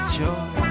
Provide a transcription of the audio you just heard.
joy